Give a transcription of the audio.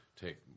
Take